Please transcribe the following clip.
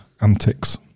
antics